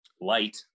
light